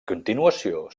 continuació